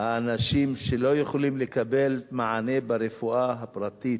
האנשים שלא יכולים לקבל מענה ברפואה הפרטית.